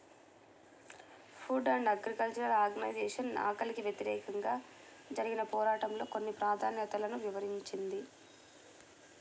food and agriculture organisation ఆకలికి వ్యతిరేకంగా జరిగిన పోరాటంలో కొన్ని ప్రాధాన్యతలను వివరించింది